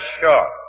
sure